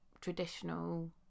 traditional